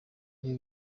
ibi